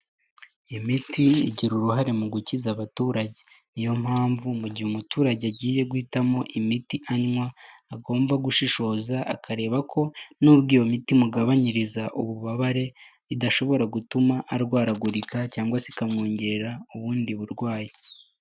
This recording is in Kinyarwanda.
Imiti igira uruhare mu gukiza abaturage, niyo mpamvu mu gihe umuturage agiye guhitamo imiti anywa agomba gushishoza akareba ko nubwo iyo miti imugabanyiriza ububabare idashobora gutuma arwaragurika cyangwa ikamwongerera ubundi burwayi.